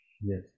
Yes